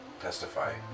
testify